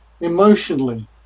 emotionally